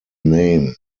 name